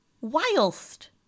whilst